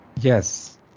Yes